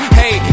hey